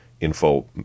info